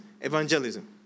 evangelism